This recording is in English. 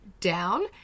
down